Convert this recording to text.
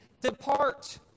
depart